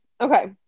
Okay